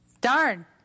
Darn